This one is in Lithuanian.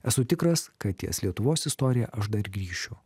esu tikras kad ties lietuvos istorija aš dar grįšiu